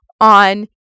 on